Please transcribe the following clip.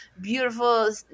beautiful